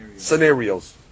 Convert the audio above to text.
scenarios